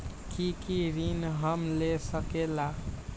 की की ऋण हम ले सकेला?